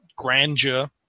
grandeur